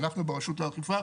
שאנחנו ברשות האכיפה,